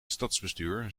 stadsbestuur